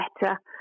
better